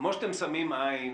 כמו שאתם שמים עין,